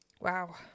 Wow